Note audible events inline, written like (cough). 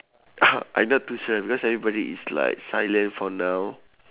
(noise) I not too sure because everybody is like silent for now